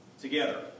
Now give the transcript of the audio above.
together